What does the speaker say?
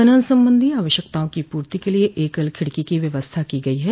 खनन संबंधी आवश्यकताओं की पूर्ति के लिये एकल खिड़की की व्यवस्था की गई है